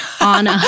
on